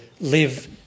live